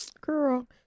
Girl